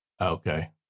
Okay